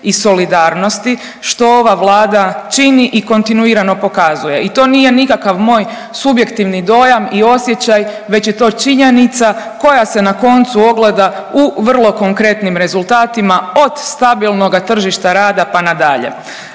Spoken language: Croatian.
i solidarnosti što ova Vlada čini i kontinuirano pokazuje. I to nije nikakav moj subjektivni dojam i osjećaj već je to činjenica koja se na koncu ogleda u vrlo konkretnim rezultatima od stabilnoga tržišta rada pa nadalje.